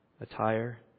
attire